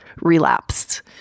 relapsed